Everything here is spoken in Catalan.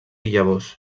llavors